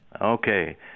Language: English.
Okay